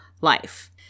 life